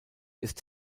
ist